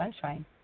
Sunshine